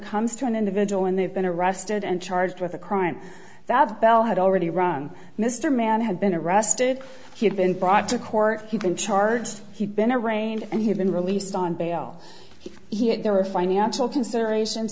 comes to an individual and they've been arrested and charged with a crime that bell had already run mr mann had been arrested he had been brought to court you can charge he's been arraigned and he's been released on bail there were financial considerations